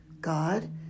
God